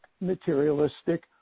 materialistic